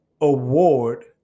award